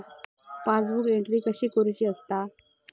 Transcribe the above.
Passbook entry कशी करुची असता?